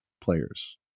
players